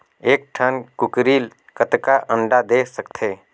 एक ठन कूकरी कतका अंडा दे सकथे?